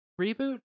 reboot